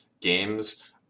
games